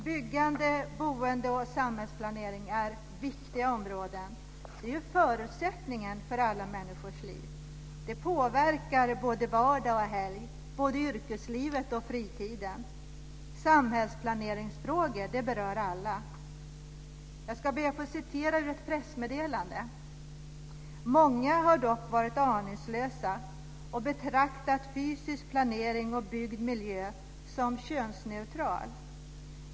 Byggande, boende och samhällsplanering är viktiga områden. De är förutsättningar för alla människors liv, och de påverkar både vardag och helg, både yrkeslivet och fritiden. Samhällsplaneringsfrågor berör alla. Jag ska be att få citera ur ett pressmeddelande: "Många har varit aningslösa och betraktat fysisk planering och byggd miljö som könsneutral.